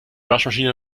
waschmaschine